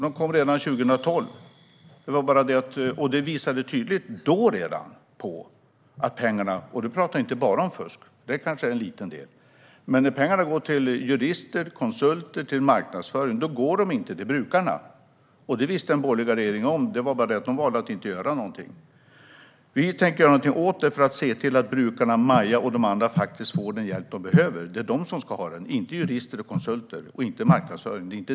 De kom redan 2012 och visade redan då tydligt att pengarna - fusk kanske var en liten del - gick till jurister, konsulter och marknadsföring och inte till brukarna. Det visste den borgerliga regeringen. Det var bara det att de valde att inte göra någonting. Vi tänker göra någonting åt detta för att se till att brukarna, Maja och de andra, faktiskt får den hjälp de behöver. Det är de som ska ha den, inte jurister, konsulter och marknadsförare.